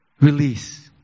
release